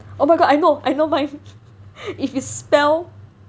oh my god I know I know mine if you spell